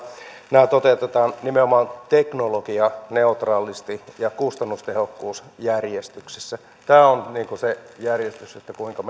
nämä toteutetaan nimenomaan teknologianeutraalisti ja kustannustehokkuusjärjestyksessä tämä on se järjestys kuinka